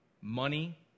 money